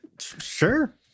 sure